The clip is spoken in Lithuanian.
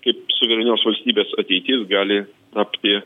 kaip suverenios valstybės ateitis gali tapti